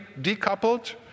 decoupled